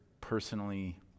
personally